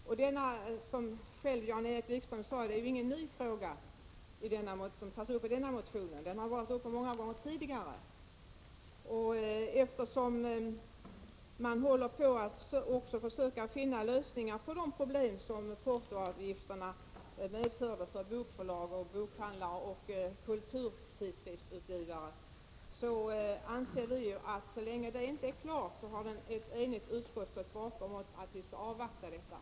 Som Jan-Erik Wikström själv sade är det inte någon ny fråga som tas upp i denna motion; den har varit uppe till behandling många gånger tidigare. Man arbetar med att försöka finna lösningar på de problem som portoavgifterna medförde för bokförlag, bokhandlare och kulturtidskriftsutgivare. Ett enigt utskott har stått bakom förslaget att vi skall avvakta resultatet av detta arbete.